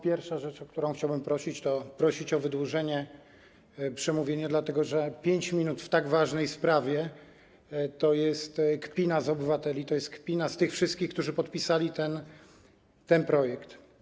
Pierwsza rzecz, o którą chciałbym prosić, to wydłużenie czasu przemówienia, dlatego że 5 minut w tak ważnej sprawie to jest kpina z obywateli, to jest kpina z tych wszystkich, którzy podpisali ten projekt.